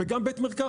וגם בית מרקחת.